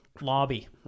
lobby